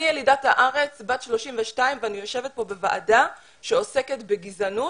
אני ילידת הארץ בת 32 ואני יושבת כאן בוועדה שעוסקת בגזענות